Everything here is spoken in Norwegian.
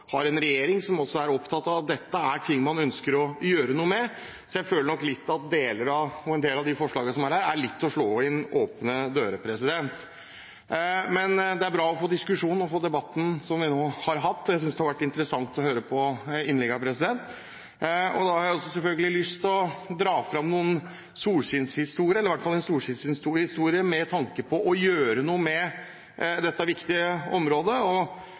har en statsråd og en regjering som er opptatt av dette, at dette er ting man ønsker å gjøre noe med. Så jeg føler nok litt på at en del av de forslagene som foreligger her, er litt som å slå inn åpne dører. Men det er bra å få den diskusjonen som vi nå har hatt. Jeg synes det har vært interessant å høre på innleggene. Jeg har selvfølgelig lyst til å dra fram i hvert fall én solskinnshistorie, med tanke på å gjøre noe med dette viktige området.